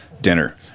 dinner